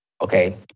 okay